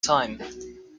time